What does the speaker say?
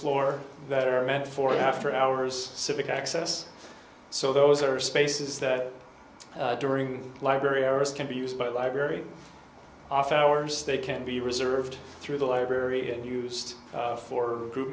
floor that are meant for after hours civic access so those are spaces that during library areas can be used by library off hours they can be reserved through the library and used for group